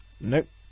Nope